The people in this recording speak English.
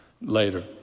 later